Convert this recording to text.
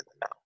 now